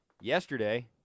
yesterday